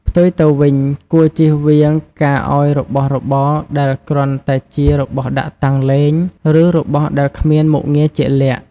ផ្ទុយទៅវិញ គួរជៀសវាងការឱ្យរបស់របរដែលគ្រាន់តែជា របស់ដាក់តាំងលេង ឬ របស់ដែលគ្មានមុខងារជាក់លាក់។